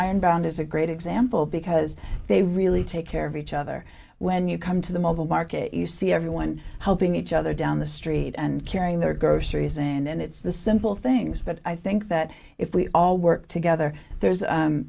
ironbound is a great example because they really take care of each other when you come to the mobile market you see everyone helping each other down the street and carrying their groceries and it's the simple things but i think that if we all work together there's